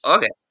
Okay